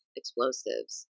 explosives